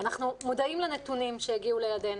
אנחנו מודעים לנתונים שהגיעו לידנו.